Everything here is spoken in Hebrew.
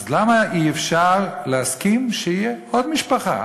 אז למה אי-אפשר להסכים שתהיה עוד משפחה?